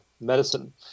medicine